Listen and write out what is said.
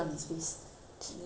fed up already